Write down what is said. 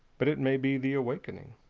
but it may be the awakening.